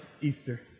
Easter